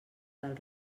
del